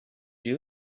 you